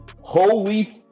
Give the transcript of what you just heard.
holy